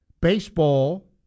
Baseball